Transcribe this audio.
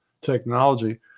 technology